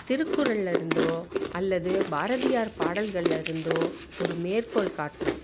திருக்குறளில் இருந்தோ அல்லது பாரதியார் பாடல்களில் இருந்தோ ஒரு மேற்கோள் காட்டுறோம்